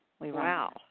Wow